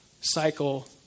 cycle